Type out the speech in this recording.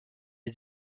est